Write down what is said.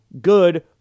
good